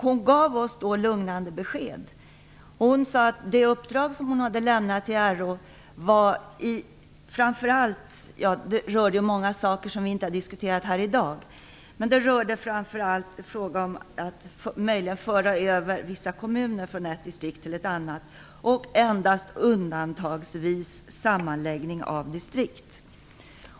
Hon gav oss då lugnande besked. Hon sade att det uppdrag som hon hade lämnat till RÅ framför allt rörde möjligheten att föra över vissa kommuner från ett distrikt till ett annat och endast undantagsvis sammanläggning av distrikt.